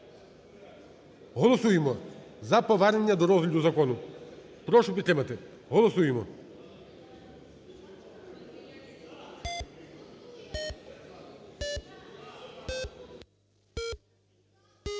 Голосуємо за повернення до розгляду закону. Прошу підтримати, голосуємо.